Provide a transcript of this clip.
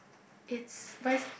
it's rice